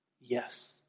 Yes